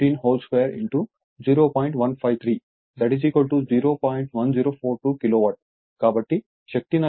కాబట్టి శక్తి నష్టం 5 0